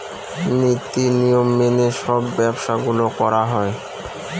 নীতি নিয়ম মেনে সব ব্যবসা গুলো করা হয়